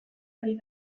ari